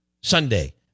Sunday